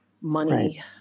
money